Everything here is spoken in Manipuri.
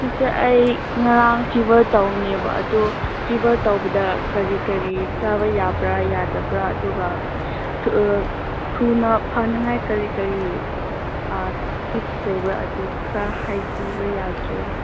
ꯁꯤꯁꯇꯔ ꯑꯩ ꯉꯔꯥꯡ ꯐꯤꯕꯔ ꯇꯧꯕꯅꯦꯕ ꯑꯗꯨ ꯐꯤꯕꯔ ꯇꯧꯕꯗ ꯀꯔꯤ ꯀꯔꯤ ꯆꯥꯕ ꯌꯥꯕ꯭ꯔꯥ ꯌꯥꯗꯕ꯭ꯔꯥ ꯑꯗꯨꯒ ꯊꯨꯅ ꯐꯅꯤꯡꯉꯥꯏ ꯀꯔꯤ ꯀꯔꯤ ꯇꯤꯞꯁ ꯂꯩꯕ꯭ꯔꯥ ꯑꯗꯨ ꯈꯔ ꯍꯥꯏꯕꯤꯕ ꯌꯥꯒꯦꯔꯥ